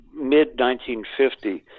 mid-1950